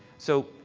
so,